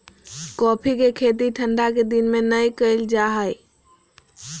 coffee के खेती ठंढा के दिन में नै कइल जा हइ